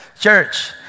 church